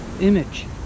image